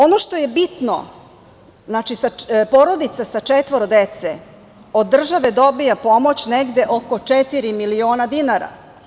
Ono što je bitno, znači, porodica sa četvoro dece od države dobija pomoć negde oko četiri miliona dinara.